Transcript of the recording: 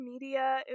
media